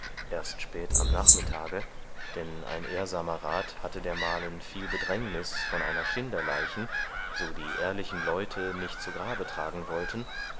kam erst spät am nachmittage denn ein ehrsamer rath hatte dermalen viel bedrängniß von einer schinderleichen so die ehrlichen leute nicht zu grabe tragen wollten